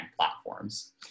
platforms